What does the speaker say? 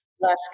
less